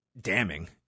damning